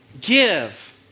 give